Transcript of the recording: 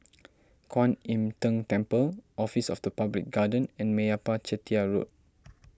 Kuan Im Tng Temple Office of the Public Guardian and Meyappa Chettiar Road